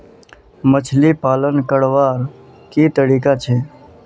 मछली पालन करवार की तरीका छे?